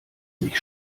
sich